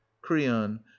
creon